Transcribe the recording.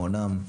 מהונם,